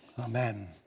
Amen